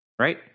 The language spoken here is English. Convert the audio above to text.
Right